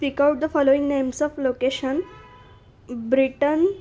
speak out the following names of location Britain